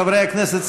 חברי הכנסת,